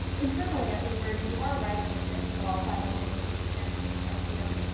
internally at uber, you are riding the ship, while simultaneously preparing for this ipo.